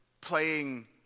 playing